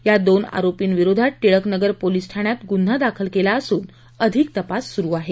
या दोन आरोपींविरोधात टिळक नगर पोलीस ठाण्यात गुन्हा दाखल केला असून अधिक तपास सुरू आहे